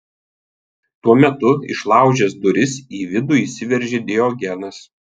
tuo metu išlaužęs duris į vidų įsiveržė diogenas